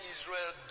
Israel